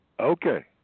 Okay